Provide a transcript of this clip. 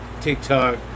TikTok